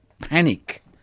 panic